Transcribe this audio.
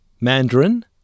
Mandarin